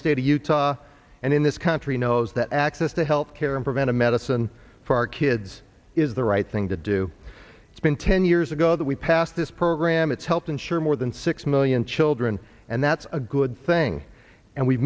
state of utah and in this country knows that access to health care and preventive medicine for our kids is the right thing to do it's been ten years ago that we passed this program it's helped insure more than six million children and that's a good thing and we